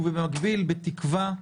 ובמקביל, בתקווה,